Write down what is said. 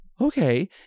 Okay